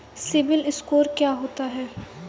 CIBIL score क्या होता है?